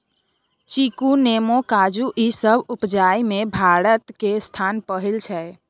चीकू, नेमो, काजू ई सब उपजाबइ में भारत के स्थान पहिला छइ